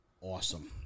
Awesome